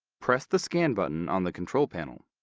press the scan button on the control panel.